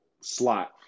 slot